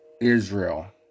Israel